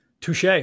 Touche